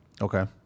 Okay